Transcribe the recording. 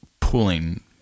pulling